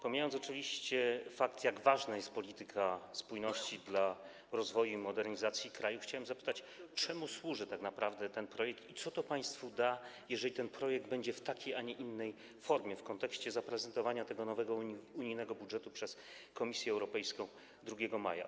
Pomijając oczywiście fakt, jak ważna jest polityka spójności dla rozwoju i modernizacji kraju, chciałbym zapytać, czemu służy tak naprawdę ten projekt i co to państwu da, jeżeli ten projekt będzie w takiej, a nie innej formie, w kontekście zaprezentowania tego nowego unijnego budżetu przez Komisję Europejską 2 maja.